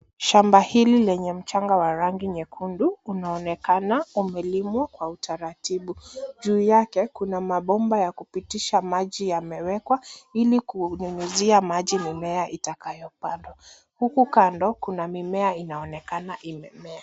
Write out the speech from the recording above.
Shamba hili lenye mchanga wa rangi nyekundu unaonekana umelimwa kwa utaratibu. Juu yake kuna mabomba ya kupitisha maji yamewekwa ili kunyunyizia maji mimea itakayopandwa. Huku kando kuna mimea inaonekana imemea.